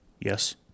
Yes